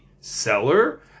seller